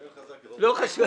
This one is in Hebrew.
נתפלל חזק יותר.